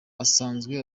asanzwe